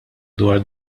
dwar